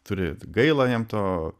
turi gaila jam to